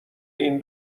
این